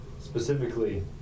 specifically